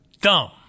Dumb